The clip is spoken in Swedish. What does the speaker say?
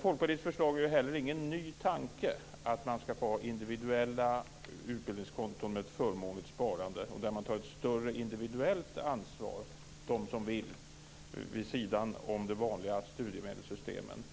Folkpartiets förslag är heller ingen ny tanke, att man skall få ha individuella utbildningskonton med ett förmånligt sparande, och där de som vill tar ett större individuellt ansvar vid sidan av de vanliga studiemedelssystemen.